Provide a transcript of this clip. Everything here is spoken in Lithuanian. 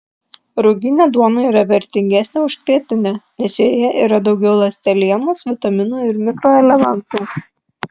ruginė duona yra vertingesnė už kvietinę nes joje daugiau ląstelienos vitaminų ir mikroelementų